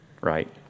right